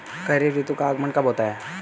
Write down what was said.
खरीफ ऋतु का आगमन कब होता है?